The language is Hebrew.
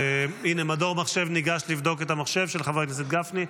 מדור מחשב ניגש לבדוק את המחשב של חבר הכנסת גפני.